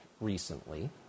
recently